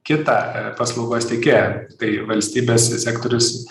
kitą paslaugos teikėją tai valstybės sektorius